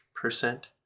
percent